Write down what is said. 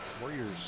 Warriors